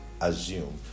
assume